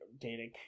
dating